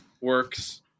works